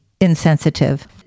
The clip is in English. insensitive